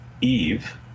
Eve